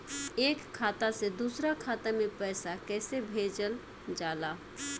एक खाता से दूसरा खाता में पैसा कइसे भेजल जाला?